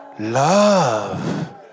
love